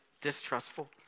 distrustful